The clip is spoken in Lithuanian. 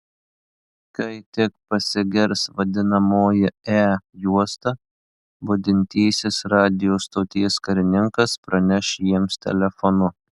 kai tik pasigirs vadinamoji e juosta budintysis radijo stoties karininkas praneš jiems telefonu